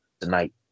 tonight